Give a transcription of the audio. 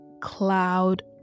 cloud